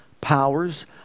powers